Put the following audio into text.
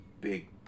big